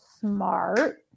Smart